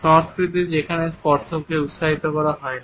সংস্কৃতি যেখানে স্পর্শকে উৎসাহিত করা হয় না